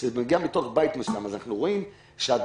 שגם בתוך בית מסוים אנחנו רואים שההדבקה